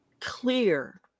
clear